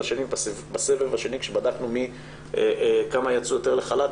בסבב השני כשבדקנו כמה יצאו יותר לחל"ת,